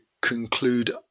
conclude